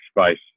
space